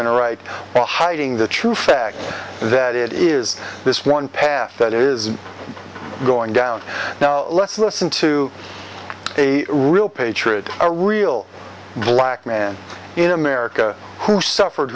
and right hiding the true fact that it is this one path that is going down now let's listen to a real patriot a real black man in america who suffered